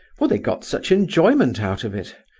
for they got such enjoyment out of it.